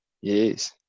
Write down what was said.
yes